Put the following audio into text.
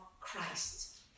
Christ